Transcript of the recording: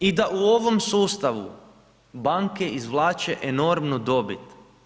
I da u ovom sustavu banke izvlače enormnu dobit.